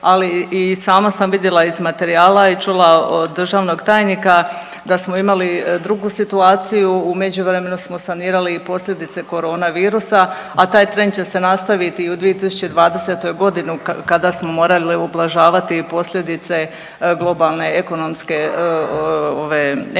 ali i sama sam vidjela iz materijala i čula od državnog tajnika da smo imali drugu situaciju, u međuvremenu smo sanirali i posljedice koronavirusa, a taj trend će se nastaviti i u 2020. g. kada smo morali ublažavati posljedice globalne ekonomske ove